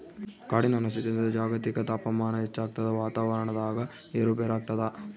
ಕಾಡಿನ ನಾಶದಿಂದ ಜಾಗತಿಕ ತಾಪಮಾನ ಹೆಚ್ಚಾಗ್ತದ ವಾತಾವರಣದಾಗ ಏರು ಪೇರಾಗ್ತದ